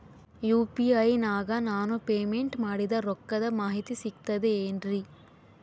UPI ನಾಗ ನಾನು payment ಮಾಡಿದ ರೊಕ್ಕದ ಮಾಹಿತಿ ಸಿಕ್ತದೆ ಏನ್ರಿ?